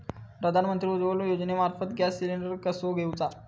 प्रधानमंत्री उज्वला योजनेमार्फत gas cylinder कसो घेऊचो?